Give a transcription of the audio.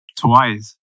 Twice